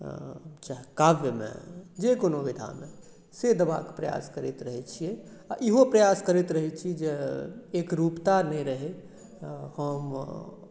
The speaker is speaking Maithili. चाहे काव्यमे जे कोनो विधामे से देबाक प्रयास करैत रहैत छियै आ इहो प्रयास करैत रहैत छी जे एक रूपता नहि रहै हम